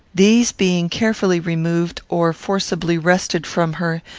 these being carefully removed, or forcibly wrested from her,